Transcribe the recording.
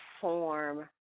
form